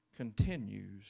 continues